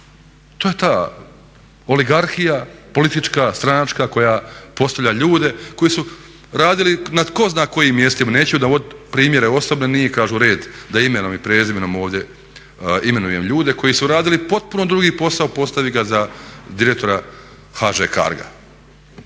To je ta oligarhija politička, stranačka, koja postavlja ljude koji su radili na tko zna kojim mjestima, neću davat primjere osobne, nije kažu red da imenom i prezimenom ovdje imenujem ljude koji su radili potpuno drugi posao, postavili ga za direktora HŽ-Carga.